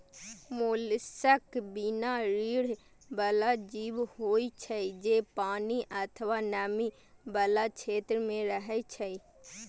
mollusc बिना रीढ़ बला जीव होइ छै, जे पानि अथवा नमी बला क्षेत्र मे रहै छै